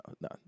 no